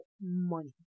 money